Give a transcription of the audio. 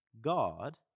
God